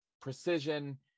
precision